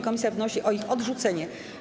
Komisja wnosi o ich odrzucenie.